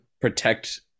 protect